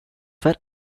for